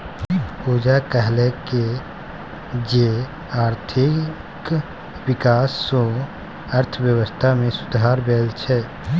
पूजा कहलकै जे आर्थिक बिकास सँ अर्थबेबस्था मे सुधार भेल छै